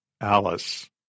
Alice